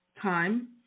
time